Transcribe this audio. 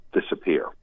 disappear